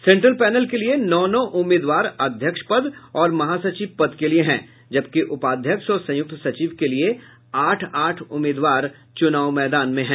central panel के लिये नौ नौ उम्मीदवार अध्यक्ष और महासचिव पद के लिये हैं जबकि उपाध्यक्ष और संयुक्त सचिव के लिये आठ आठ उम्मीदवार चुनाव लड़ रहे हैं